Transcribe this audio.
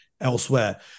elsewhere